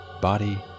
body